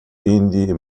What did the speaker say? индии